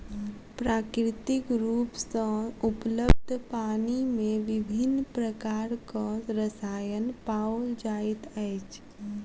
प्राकृतिक रूप सॅ उपलब्ध पानि मे विभिन्न प्रकारक रसायन पाओल जाइत अछि